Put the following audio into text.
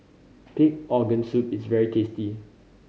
pig organ soup is very tasty